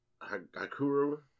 Hakuru